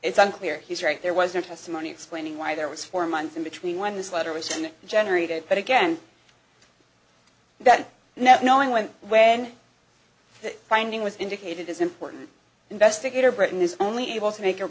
it's unclear he's right there wasn't testimony explaining why there was four months in between when this letter was going generated but again that never knowing when when that finding was indicated as important investigator britain is only able to make a